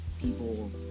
people